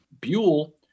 Buell